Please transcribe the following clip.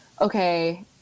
Okay